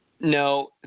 No